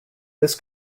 this